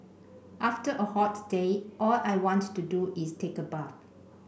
after a hot day all I want to do is take a bath